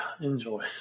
enjoy